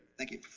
thank you.